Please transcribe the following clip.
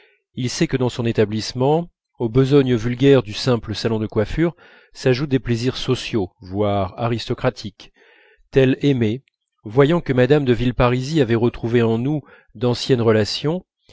il sait que dans son établissement aux besognes vulgaires du simple salon de coiffure s'ajoutent des plaisirs sociaux voire aristocratiques tel aimé voyant que mme de villeparisis avait retrouvé en nous d'anciennes relations